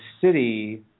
city